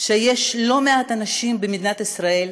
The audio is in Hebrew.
על שיש לא מעט אנשים במדינת ישראל,